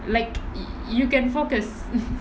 like you can focus